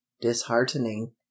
disheartening